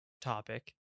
topic